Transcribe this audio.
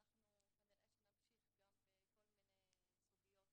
וכנראה מתוכו נמשיך לדון בכל מיני סוגיות